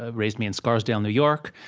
ah raised me in scarsdale, new york.